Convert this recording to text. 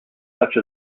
such